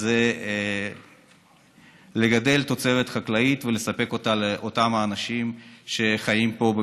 זה לגדל תוצרת חקלאית ולספק אותה לאותם האנשים שחיים פה,